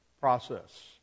process